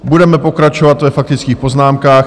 Budeme pokračovat ve faktických poznámkách.